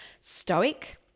stoic